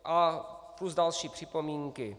A plus další připomínky.